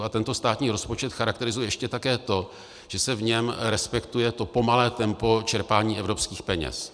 A tento státní rozpočet charakterizuje ještě také to, že se v něm respektuje to pomalé tempo čerpání evropských peněz.